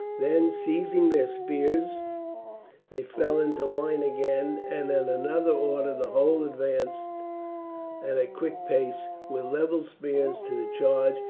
then seizing their spears they fell into line again, and at another order the whole advanced at a quick pace with levelled spears to the charge,